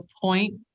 point